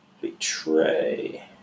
Betray